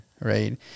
Right